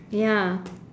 ya